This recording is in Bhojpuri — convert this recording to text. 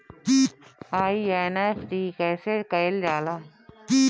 एन.ई.एफ.टी कइसे कइल जाला?